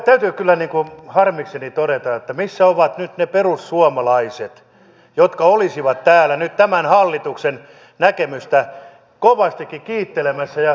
täytyy kyllä harmikseni kysyä missä ovat nyt ne perussuomalaiset jotka olisivat täällä nyt tämän hallituksen näkemystä kovastikin kiittelemässä ja kehumassa